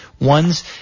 One's